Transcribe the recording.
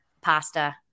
pasta